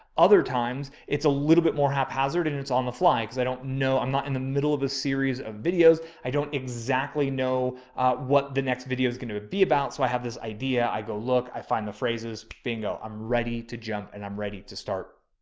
other times it's a little bit more haphazard and it's on the fly. cause i don't know, i'm not in the middle of a series of videos. i don't exactly know what the next video is going to be about. so i have this idea. i go, look, i find the phrases. bingo. i'm ready to jump and i'm ready to start.